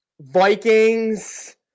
Vikings